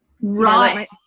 Right